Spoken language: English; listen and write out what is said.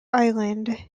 island